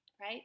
right